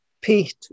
Pete